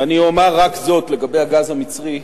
ואני אומר רק זאת לגבי הגז המצרי: